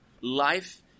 life